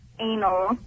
anal